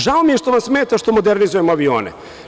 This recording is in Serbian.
Žao mi je što vam smeta što modernizujemo avione.